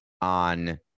on